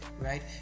right